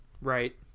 Right